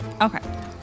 Okay